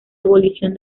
abolición